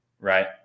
right